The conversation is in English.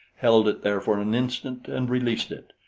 held it there for an instant and released it.